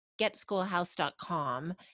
getschoolhouse.com